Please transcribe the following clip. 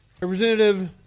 Representative